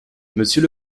monsieur